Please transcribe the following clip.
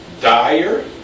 dire